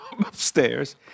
upstairs